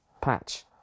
patch